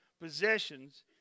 possessions